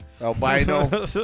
Albino